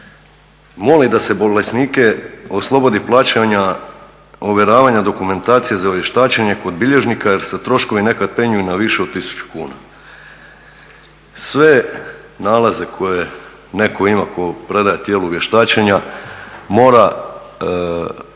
moli da se bolesnike oslobodi plaćanja ovjeravanja dokumentacije za vještačenje kod bilježnika jer se troškovi nekad penju i na više od 1000 kuna. Sve nalaze koje netko ima tko predaje tijelu vještačenja mora fotokopirati